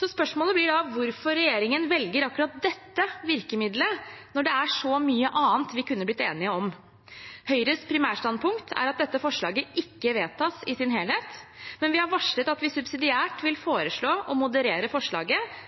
Spørsmålet blir da hvorfor regjeringen velger akkurat dette virkemidlet, når det er så mye annet vi kunne blitt enige om. Høyres primærstandpunkt er at dette forslaget ikke vedtas i sin helhet, men vi har varslet at vi subsidiært vil foreslå å moderere forslaget,